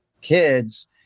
kids